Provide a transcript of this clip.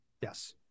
Yes